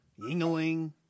Yingling